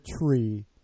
tree